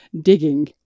digging